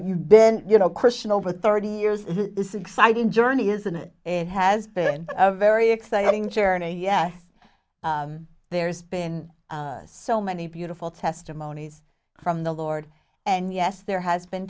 you've been you know christian over thirty years this exciting journey isn't it and has been a very exciting journey yes there's been so many beautiful testimonies from the lord and yes there has been